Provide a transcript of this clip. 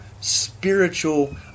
spiritual